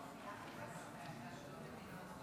אני קובע כי הצעת חוק קדימות בתור לחיילים,